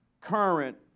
current